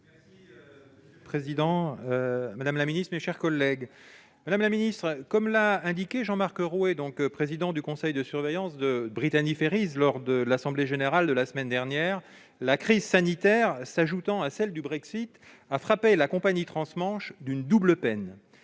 La parole est à M. Jean-Michel Houllegatte. Madame la ministre, comme l'a indiqué Jean-Marc Roué, président du conseil de surveillance de Brittany Ferries, lors de l'assemblée générale de la semaine dernière, la crise sanitaire s'ajoutant à celle du Brexit a frappé la compagnie trans-Manche d'une double peine.